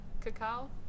cacao